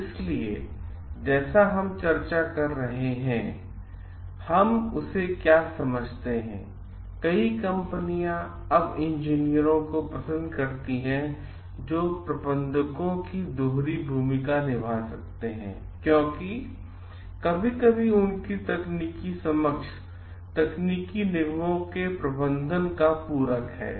इसलिए जैसा हम चर्चा कर रहे हैं हम उसे क्या समझते हैंकई कंपनियां अब इंजीनियरों को पसंद करती हैं जो प्रबंधकों की दोहरी भूमिका निभा सकते हैं क्योंकि कभी कभी उनकी तकनीकी समझ तकनीकी निगमों के प्रबंधन का पूरक है